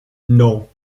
non